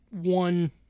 one